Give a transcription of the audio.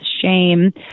shame